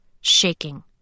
shaking